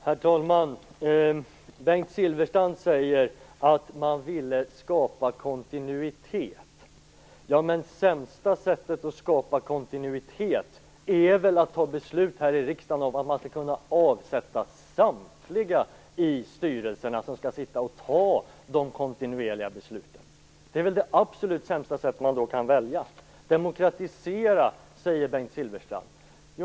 Herr talman! Bengt Silfverstrand säger att man ville skapa kontinuitet. Men det sämsta sättet att skapa kontinuitet är väl att här i riksdagen besluta att man skall kunna avsätta samtliga i de styrelser som skall sitta och fatta de kontinuerliga besluten. Det är väl de absolut sämsta sätt man kan välja! Bengt Silfverstrand talar om att demokratisera.